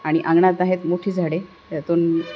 आणि अंगणात आहेत मोठी झाडे त्यातून